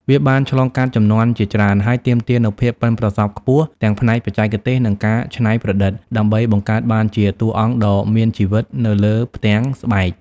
វាបានឆ្លងកាត់ជំនាន់ជាច្រើន ហើយទាមទារនូវភាពប៉ិនប្រសប់ខ្ពស់ ទាំងផ្នែកបច្ចេកទេស និងការច្នៃប្រឌិត ដើម្បីបង្កើតបានជាតួអង្គដ៏មានជីវិតនៅលើផ្ទាំងស្បែក។